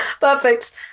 Perfect